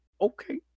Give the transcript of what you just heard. okay